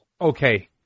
Okay